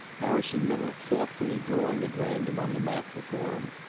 harrison miller thoughtfully drawing at random on the map before him.